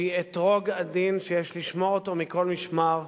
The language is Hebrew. שהיא אתרוג עדין שיש לשמור אותו מכל משמר,